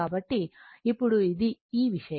కాబట్టి ఇప్పుడు ఇది ఈ విషయం